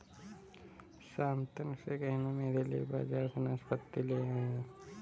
शांतनु से कहना मेरे लिए बाजार से नाशपाती ले आए